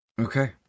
Okay